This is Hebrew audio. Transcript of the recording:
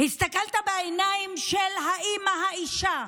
הסתכלת בעיניים של האימא, האישה,